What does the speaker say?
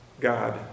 God